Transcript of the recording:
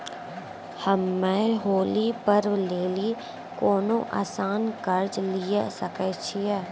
हम्मय होली पर्व लेली कोनो आसान कर्ज लिये सकय छियै?